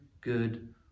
good